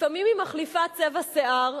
לפעמים היא מחליפה צבע שיער.